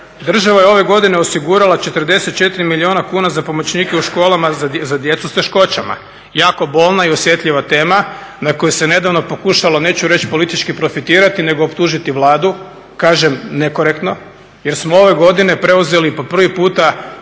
država je ove godine osigurala 44 milijuna kuna za pomoćnike u školama za djecu s teškoćama, jako bolna i osjetljiva tema na koju se nedavno pokušalo neću reći politički profitirati nego optužiti Vladu, kažem nekorektno jer smo ove godine preuzeli po prvi puta